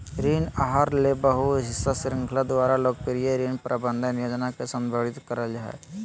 ऋण आहार ले बहु हिस्सा श्रृंखला द्वारा लोकप्रिय ऋण प्रबंधन योजना के संदर्भित करय हइ